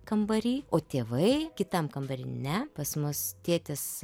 kambary o tėvai kitam kambary ne pas mus tėtis